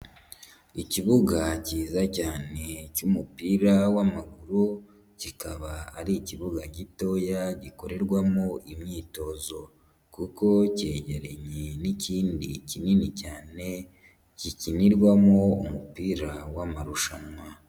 Ikibuga cyiza cyane cy'umupira w'amaguru kikaba ari ikibuga gitoya gikorerwamo imyitozo kuko cyegeranye n'ikindi kinini cyane gikinirwamo umupira wamarushanwa.